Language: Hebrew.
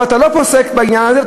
אבל אתה לא פוסק בעניין הזה,